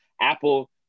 apple